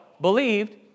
believed